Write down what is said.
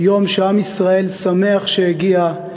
יום שעם ישראל שמח שהגיע,